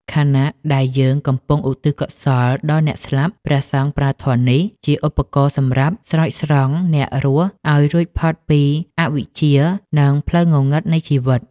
ខណៈដែលយើងកំពុងឧទ្ទិសកុសលដល់អ្នកស្លាប់ ព្រះសង្ឃប្រើធម៌នេះជាឧបករណ៍សម្រាប់ ស្រោចស្រង់ អ្នករស់ឱ្យរួចផុតពីអវិជ្ជា និងផ្លូវងងឹតនៃជីវិត។